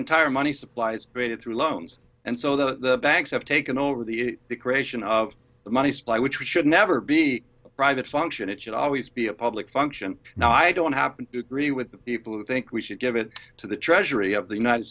entire money supplies made it through loans and so the banks have taken over the creation of the money supply which should never be a private function it should always be a public function now i don't happen to agree with the people who think we should give it to the treasury of the united